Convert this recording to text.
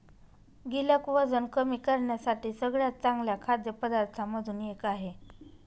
गिलक वजन कमी करण्यासाठी सगळ्यात चांगल्या खाद्य पदार्थांमधून एक आहे